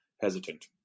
hesitant